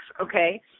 okay